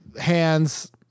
hands